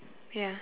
ya